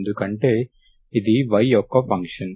ఎందుకంటే ఇది y యొక్క ఫంక్షన్